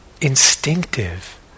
instinctive